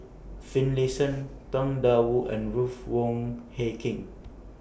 Finlayson Tang DA Wu and Ruth Wong Hie King